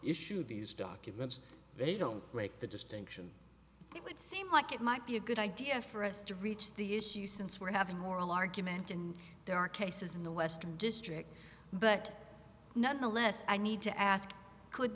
issue these documents they don't make the distinction it would seem like it might be a good idea for us to reach the issue since we're having moral argument and there are cases in the western district but nonetheless i need to ask could